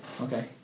Okay